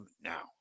now